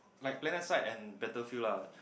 like planet side and battlefield lah